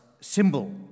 symbol